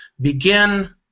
begin